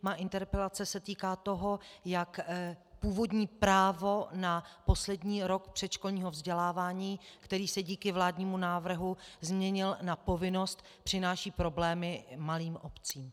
Má interpelace se týká toho, jak původní právo na poslední rok předškolního vzdělávání, který se díky vládnímu návrhu změnil na povinnost, přináší problémy malým obcím.